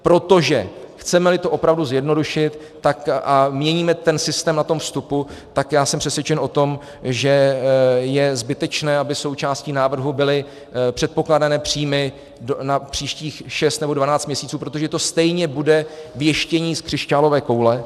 Protože chcemeli to opravdu zjednodušit a měníme ten systém na vstupu, tak jsem přesvědčen o tom, že je zbytečné, aby součástí návrhu byly předpokládané příjmy na příštích 6 nebo 12 měsíců, protože to stejně bude věštění z křišťálové koule.